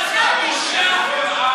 הסמל והמנון המדינה (תיקון מס' 8)